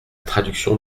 traduction